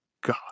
God